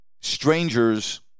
strangers